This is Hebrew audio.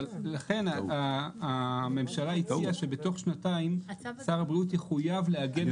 אבל לכן הממשלה הציעה שבתוך שנתיים שר הבריאות יחוייב לעגן את